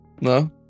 no